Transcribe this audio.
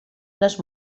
les